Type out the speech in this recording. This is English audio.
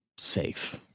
safe